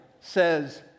says